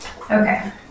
Okay